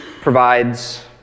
provides